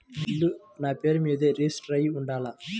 ఇల్లు నాపేరు మీదే రిజిస్టర్ అయ్యి ఉండాల?